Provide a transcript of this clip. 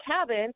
cabin